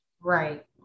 Right